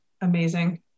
amazing